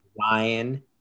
Ryan